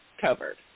covered